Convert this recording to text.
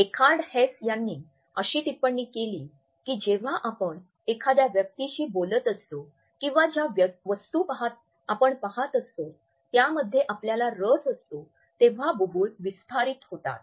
एखार्ड Hess यांनी अशी टिप्पणी केली की जेव्हा आपण एखादया व्यक्तीशी बोलत असतो किंवा ज्या वस्तू आपण पहात असतो त्यामध्ये आपल्याला रस असतो तेव्हा बुबुळ विस्फारित होतात